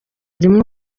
rimwe